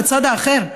בצד האחר.